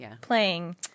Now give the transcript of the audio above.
playing